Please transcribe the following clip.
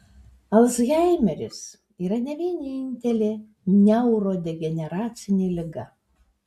alzheimeris yra ne vienintelė neurodegeneracinė liga